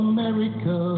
America